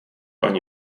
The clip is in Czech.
ani